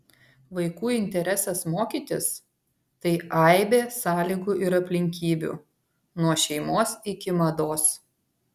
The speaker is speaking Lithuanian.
vaikų interesas mokytis tai aibė sąlygų ir aplinkybių nuo šeimos iki mados